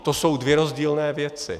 To jsou dvě rozdílné věci.